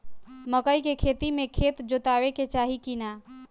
मकई के खेती मे खेत जोतावे के चाही किना?